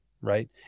right